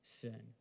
sin